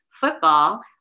football